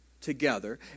together